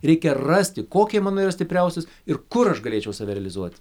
reikia rasti kokia mano yra stipriausios ir kur aš galėčiau save realizuoti